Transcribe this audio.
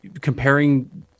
comparing